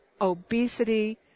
obesity